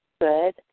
Good